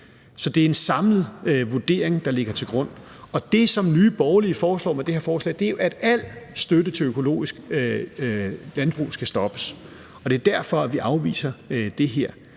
Så det er en samlet vurdering, der ligger til grund, og det, som Nye Borgerlige foreslår med det her forslag, er jo, at al støtte til økologisk landbrug skal stoppes, og det er derfor, vi afviser det. Der